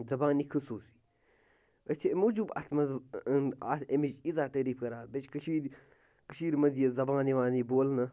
زبانہِ خصوٗصی أسۍ چھِ اَمہِ موٗجوٗب اَتھ منٛز اَتھ اَمِچ ییٖژاہ تعٲریٖف کَران بیٚیہِ چھِ کٔشیٖرِ کٔشیٖرِ منٛز یہِ زبان یِوان یہِ بولنہٕ